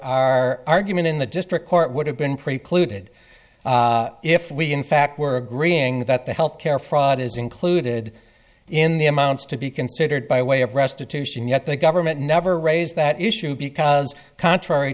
our argument in the district court would have been precluded if we in fact were agreeing that the health care fraud is included in the amounts to be considered by way of restitution yet the government never raised that issue because contrary